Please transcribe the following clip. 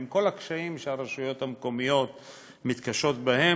עם כל הקשיים שהרשויות המקומיות מתקשות בהם.